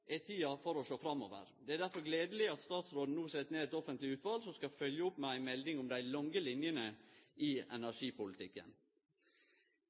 er tida inne for å sjå framover. Det er derfor gledeleg at statsråden no set ned eit offentleg utval som skal følgje opp med ei melding om dei lange linjene i energipolitikken.